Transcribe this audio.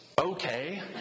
okay